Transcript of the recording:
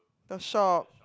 the shop